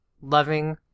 loving